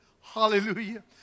Hallelujah